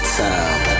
time